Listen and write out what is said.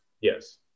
Yes